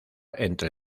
entre